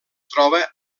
troba